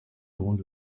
les